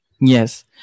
Yes